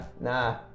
nah